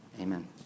Amen